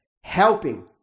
Helping